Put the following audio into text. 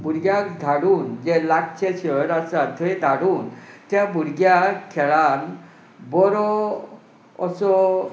भुरग्याक धाडून जे लागचें शहर आसा थंय धाडून त्या भुरग्या खेळान बरो असो